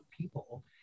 people